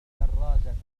الدراجة